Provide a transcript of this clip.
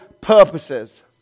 purposes